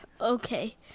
Okay